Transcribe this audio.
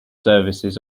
services